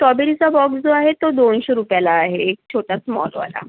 स्टॉबेरीचा box जो आहे तो दोनशे रुपयाला आहे छोटा स्मॉलवाला